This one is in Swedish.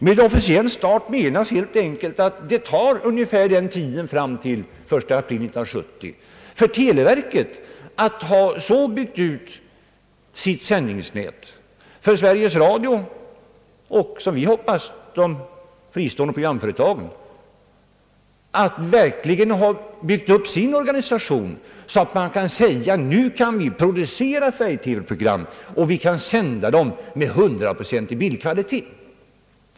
Med officiell start menas helt enkelt att det tar ungefär tiden fram till den 1 april 1970 för televerket att ha sitt sändningsnät för Sveriges Radio — och som vi hoppas de fristående programföretagen — och sin organisation så utbyggda, att vi kan producera färgtelevisionsprogram och sända dem med hundraprocentig bildkvalitet.